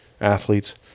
athletes